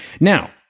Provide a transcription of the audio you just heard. Now